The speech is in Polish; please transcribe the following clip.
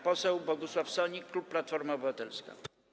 Poseł Bogusław Sonik, klub Platforma Obywatelska.